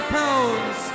pounds